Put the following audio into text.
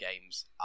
games